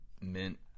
mint